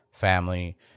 family